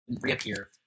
reappear